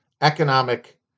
economic